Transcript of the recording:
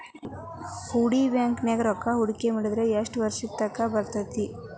ಹೂಡಿ ಬ್ಯಾಂಕ್ ನ್ಯಾಗ್ ರೂಕ್ಕಾಹೂಡ್ಕಿ ಮಾಡಿದ್ರ ಯೆಷ್ಟ್ ವರ್ಷದ ತಂಕಾ ಇರ್ತೇತಿ?